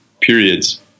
periods